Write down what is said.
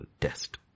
test